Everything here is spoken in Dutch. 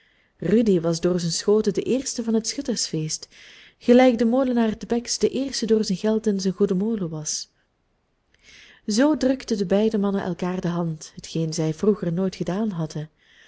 rudy was door zijn schoten de eerste van het schuttersfeest gelijk de molenaar te bex de eerste door zijn geld en zijn goeden molen was zoo drukten de beide mannen elkaar de hand hetgeen zij vroeger nooit gedaan hadden